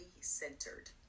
centered